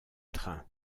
trains